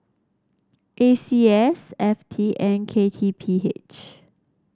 A C S F T and K T P H